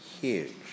huge